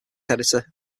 editor